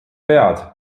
pead